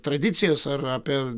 tradicijas ar apie